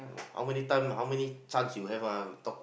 how many times how many chance you have one talk